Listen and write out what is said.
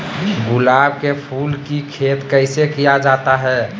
गुलाब के फूल की खेत कैसे किया जाता है?